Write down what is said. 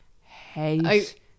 hate